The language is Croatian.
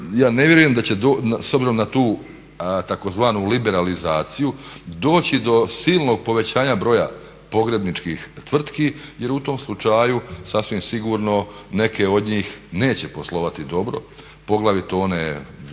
ja ne vjerujem da će s obzirom na tu tzv. liberalizaciju doći do silnog povećanja broja pogrebničkih tvrtki jer u tom slučaju sasvim sigurno neke od njih neće poslovati dobro poglavito one